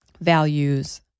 Values